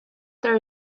there